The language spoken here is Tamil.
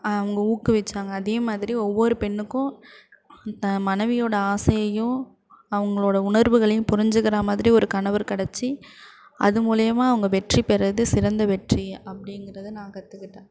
அவங்க ஊக்குவிச்சாங்க அதேமாதிரி ஒவ்வொரு பெண்ணுக்கும் மனைவியோடய ஆசையையும் அவுங்களோட உணர்வுகளையும் புரிஞ்சிக்கின்ற மாதிரி ஒரு கணவர் கிடச்சி அது மூலிமா அவங்க வெற்றிப் பெர்றது சிறந்த வெற்றி அப்படிங்கிறத நான் கற்றுக்கிட்டேன்